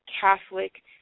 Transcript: Catholic